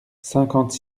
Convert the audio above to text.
cinquante